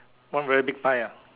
one very big pie ah